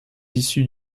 issu